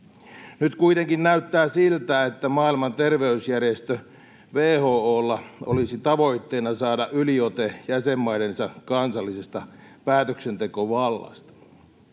Nyt kuitenkin näyttää siltä, että Maailman terveysjärjestö WHO:lla olisi tavoitteena saada yliote jäsenmaidensa kansallisesta päätöksentekovallasta.